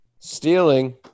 Stealing